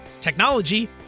technology